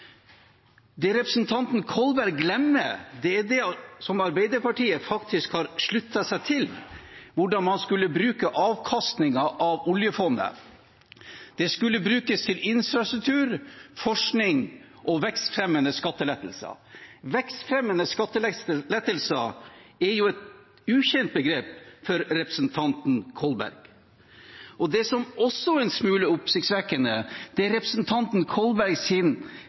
Det representanten Kolberg glemmer, er det som Arbeiderpartiet faktisk har sluttet seg til – hvordan man skulle bruke avkastningen av oljefondet. Det skulle brukes til infrastruktur, forskning og vekstfremmende skattelettelser. Vekstfremmende skattelettelser er jo et ukjent begrep for representanten Kolberg. Det som også er en smule oppsiktsvekkende, er representanten